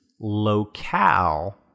locale